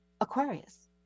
Aquarius